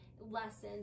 lessons